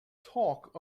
talk